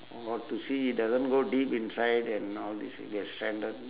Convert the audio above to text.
or to see doesn't go deep inside and all these and get stranded